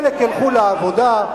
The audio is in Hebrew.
חלק ילכו לעבודה,